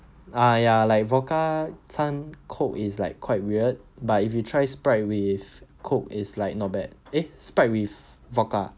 err ya like vodka 掺 coke is like quite weird but if you try sprite with coke is like not bad eh sprite with vodka